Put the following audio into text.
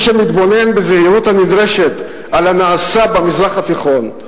מי שמתבונן בזהירות הנדרשת על הנעשה במזרח התיכון,